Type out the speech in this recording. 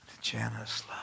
Janice